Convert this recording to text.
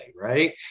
Right